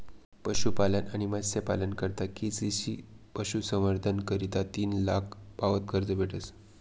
पशुपालन आणि मत्स्यपालना करता के.सी.सी पशुसंवर्धन करता तीन लाख पावत कर्ज भेटस